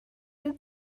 did